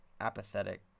apathetic